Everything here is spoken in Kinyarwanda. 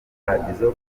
paradizo